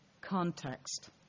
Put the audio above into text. context